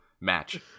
match